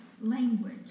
language